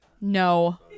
No